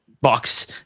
Box